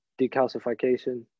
decalcification